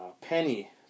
Penny